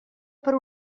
per